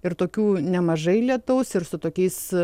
ir tokių nemažai lietaus ir su tokiais